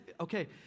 okay